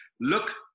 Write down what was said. look